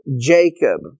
Jacob